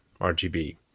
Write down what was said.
RGB